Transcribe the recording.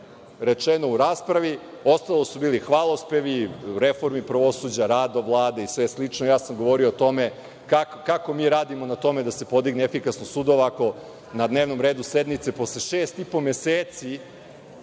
rečeno u raspravi. Ostalo su bili hvalospevi reformi pravosuđa, rada Vlade i sve slično. Ja sam govorio o tome kako mi radimo na tome da se podigne efikasnost sudova, ako na dnevnom redu sednice posle šest i po meseci